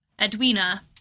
Edwina